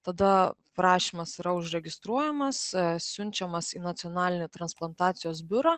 tada prašymas yra užregistruojamas siunčiamas į nacionalinį transplantacijos biurą